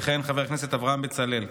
יכהן חבר הכנסת אברהם בצלאל.